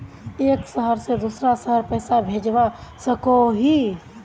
एक शहर से दूसरा शहर पैसा भेजवा सकोहो ही?